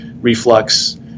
reflux